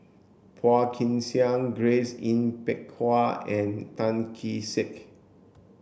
Phua Kin Siang Grace Yin Peck Ha and Tan Kee Sek